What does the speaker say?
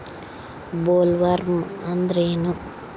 Bollworm ಅಂದ್ರೇನು?